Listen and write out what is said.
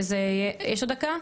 יש עוד דקה?